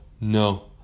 no